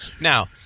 Now